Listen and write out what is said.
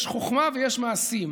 יש חוכמה ויש מעשים.